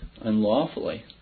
unlawfully